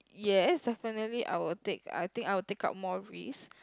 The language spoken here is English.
yes definitely I will take I think I will take out more risk